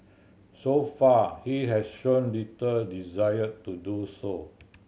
so far he has shown little desire to do so